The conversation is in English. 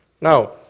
Now